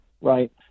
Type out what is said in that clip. right